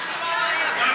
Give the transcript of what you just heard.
אנחנו לא הבעיה.